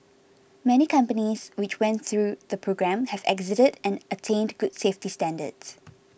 many companies which went through the programme have exited and attained good safety standards